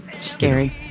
Scary